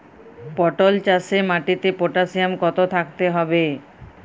পটল চাষে মাটিতে পটাশিয়াম কত থাকতে হবে?